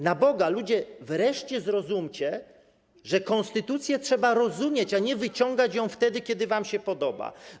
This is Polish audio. Na Boga, ludzie wreszcie zrozumcie, że konstytucję trzeba rozumieć, a nie wyciągać ją wtedy, kiedy wam się podoba.